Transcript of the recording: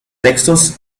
textos